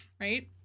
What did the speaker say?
right